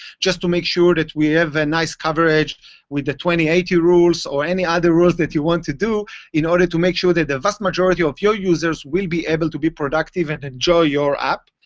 just to make sure that we have a nice coverage with the twenty eight year rules, or any other rules that you want to do in order to make sure that the vast majority of your users will be able to be productive and enjoy your app.